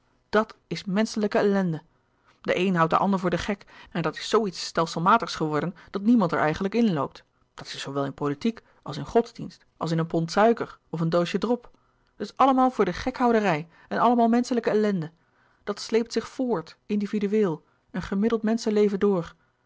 dat is menschelijke ellende de een houdt den ander voor den gek en dat is zoo iets stelselmatigs geworden dat niemand er eigenlijk inloopt dat is zoowel in politiek als in godsdienst als in een pond suiker of een doosje drop het is allemaal voor den gekhouderij en allemaal menschelijke ellende dat sleept zich voort individueel een gemiddeld menschenleven door